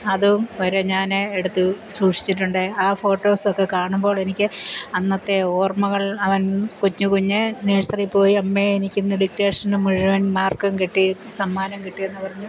അതും വരെ ഞാൻ എടുത്തു സൂക്ഷിച്ചിട്ടുണ്ട് ആ ഫോട്ടോസൊക്കെ കാണുമ്പോൾ എനിക്ക് അന്നത്തെ ഓർമ്മകൾ അവൻ കൊച്ചു കുഞ്ഞ് നേഴ്സറി പോയി അമ്മേ എനിക്ക് ഇന്ന് ഡിക്റ്റേഷന് മുഴുവൻ മാർക്കും കിട്ടി സമ്മാനം കിട്ടിയെന്ന് പറഞ്ഞു